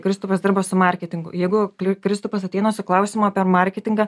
kristupas dirba su marketingu jeigu kristupas ateina su klausimu apie marketingą